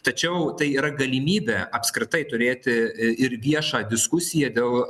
tačiau tai yra galimybė apskritai turėti ir viešą diskusiją dėl